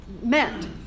meant